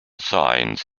signs